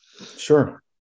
Sure